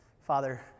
Father